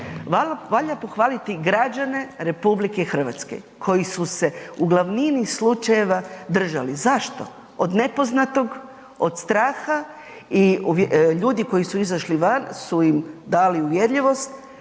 Valja pohvaliti građane RH koji su se u glavnini slučajeva držali. Zašto? Od nepoznatog, od straha i ljudi koji su izašli van su im dali uvjerljivost